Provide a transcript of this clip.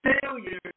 failure